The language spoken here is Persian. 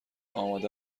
آمده